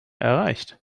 erreicht